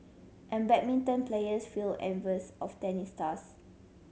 and badminton players feel envious of tennis stars